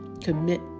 commit